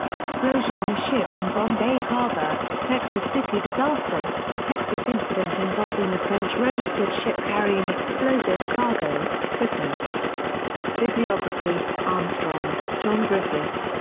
explosion on a ship in bombay harbour texas city disaster, a texas incident involving a french-registered ship carrying explosive cargo footnotes bibliography armstrong, john griffith.